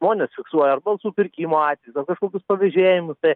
tarkim žmonės fiksuoja ar balsų pirkimo atvejus ar kažkokius pavežėjimus